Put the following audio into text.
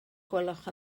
gwelwch